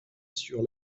sur